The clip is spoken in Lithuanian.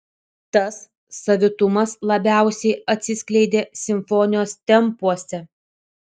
tas savitumas labiausiai atsiskleidė simfonijos tempuose